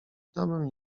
domem